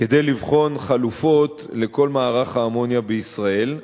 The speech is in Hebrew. כדי לבחון חלופות לכל מערך האמוניה בישראל.